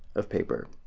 of paper.